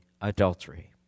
adultery